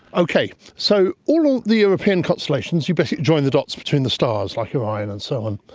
okay, so all the european constellations you basically join the dots between the stars, like orion and so on.